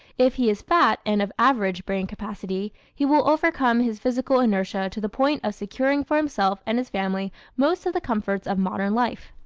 if he is fat and of average brain capacity he will overcome his physical inertia to the point of securing for himself and his family most of the comforts of modern life.